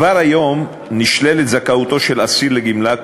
כבר היום נשללת זכאותו של אסיר לגמלה,